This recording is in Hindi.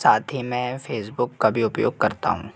साथ ही में फे़सबुक का भी उपयोग करता हूँ